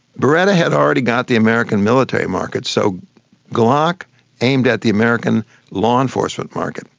beretta had already got the american military market, so glock aimed at the american law enforcement market.